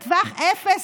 בטווח אפס.